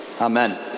Amen